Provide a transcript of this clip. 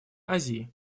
азии